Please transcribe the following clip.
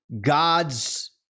god's